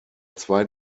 zwei